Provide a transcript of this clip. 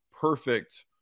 perfect